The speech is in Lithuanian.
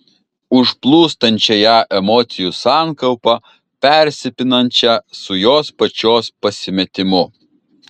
užplūstančią ją emocijų sankaupą persipinančią su jos pačios pasimetimu